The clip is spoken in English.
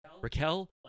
Raquel